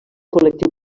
col·lectiu